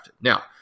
Now